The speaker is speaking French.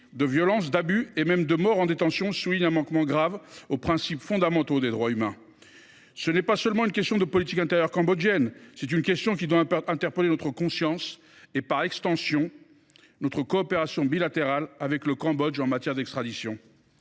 de violence, d’abus et même de mort en détention soulignent un manquement grave aux principes fondamentaux des droits humains. Ce n’est pas seulement une question de politique intérieure cambodgienne ; c’est une question qui doit interpeller notre conscience et qui doit rejaillir, par extension, sur notre coopération bilatérale avec le Cambodge en matière d’extradition.